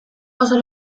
oso